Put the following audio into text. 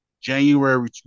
January